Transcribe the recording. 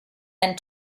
end